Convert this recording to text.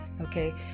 Okay